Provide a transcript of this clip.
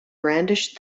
brandished